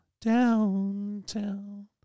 Downtown